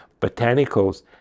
botanicals